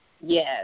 Yes